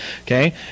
Okay